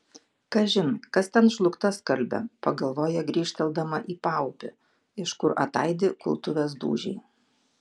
kažin kas ten žlugtą skalbia pagalvoja grįžteldama į paupį iš kur ataidi kultuvės dūžiai